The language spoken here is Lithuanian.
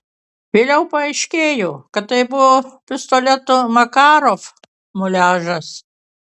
vėliau paaiškėjo kad tai buvo pistoleto makarov muliažas